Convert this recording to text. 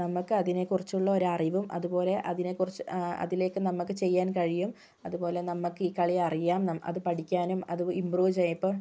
നമക്കതിനെക്കുറിച്ചുള്ള ഒരറിവും അതുപോലെ അതിനെക്കുറിച്ച് അതിലേക്ക് നമുക്ക് ചെയ്യാൻ കഴിയും അതുപോലെ നമുക്ക് ഈ കളി അറിയാം അത് പഠിക്കാനും അത് ഇമ്പ്രൂവ് ചെയ്യുക ഇപ്പം